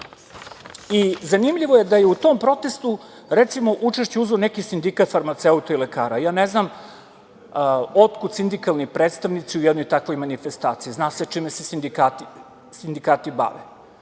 dalje. Zanimljivo je da je u tom protestu, recimo, učešće uzeo neki sindikat farmaceuta i lekara. Ne znam otkud sindikalni predstavnici u jednoj takvoj manifestaciji, zna se čime se sindikati bave.